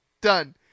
Done